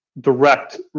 direct